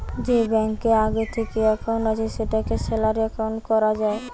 যে ব্যাংকে আগে থিকেই একাউন্ট আছে সেটাকে স্যালারি একাউন্ট কোরা যায়